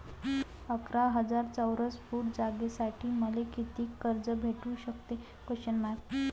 अकरा हजार चौरस फुट जागेसाठी मले कितीक कर्ज भेटू शकते?